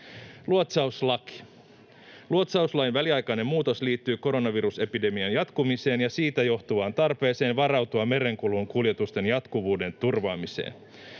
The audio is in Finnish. Luotsauslaki: Luotsauslain väliaikainen muutos liittyy koronavirusepidemian jatkumiseen ja siitä johtuvaan tarpeeseen varautua merenkulun kuljetusten jatkuvuuden turvaamiseen.